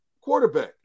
quarterback